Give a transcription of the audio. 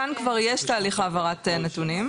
כאן כבר יש תהליך העברת נתונים.